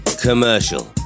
commercial